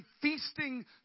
feasting